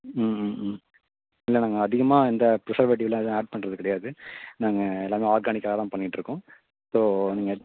ம்ம்ம் இல்லை நாங்கள் அதிகமாக இந்த பிரசர்வேட்டிவ்லாம் எதுவும் ஆட் பண்ணுறது கிடையாது நாங்கள் எல்லாமே ஆர்கானிக்காக தான் பண்ணிட்டிருக்கோம் ஸோ நீங்கள்